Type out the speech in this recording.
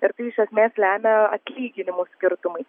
ir tai iš esmės lemia atlyginimų skirtumai